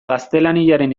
gaztelaniaren